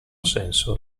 senso